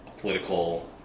political